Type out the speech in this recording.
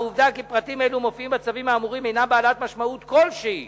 העובדה כי פרטים אלו מופיעים בצווים האמורים אינה בעלת משמעות כלשהי